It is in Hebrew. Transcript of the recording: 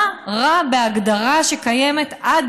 מה רע בהגדרה שקיימת עד